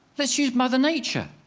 let's use mother nature.